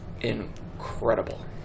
incredible